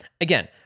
again